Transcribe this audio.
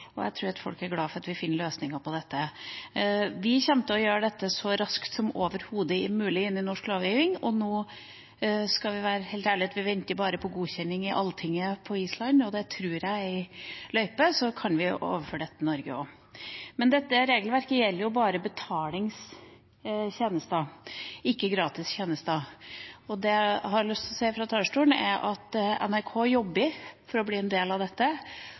og jeg tror folk er glad for at vi finner løsninger på det. Vi kommer til å gjøre det slik at dette så raskt som overhodet mulig kommer inn i norsk lovgiving. Vi skal være helt ærlig og si at vi nå bare venter på godkjenning i Alltinget på Island. Det tror jeg er i løypa, og så kan vi overføre dette til Norge også. Men dette regelverket gjelder bare betalingstjenester, ikke gratistjenester. Det jeg har lyst til å si fra talerstolen, er at NRK jobber for å bli en del av dette.